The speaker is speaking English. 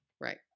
Right